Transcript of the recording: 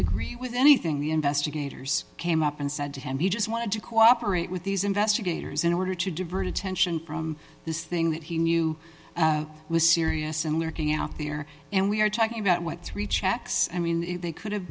agree with anything the investigators came up and said to him he just wanted to cooperate with these investigators in order to divert attention from this thing that he knew was serious and lurking out there and we're talking about what three checks and they could have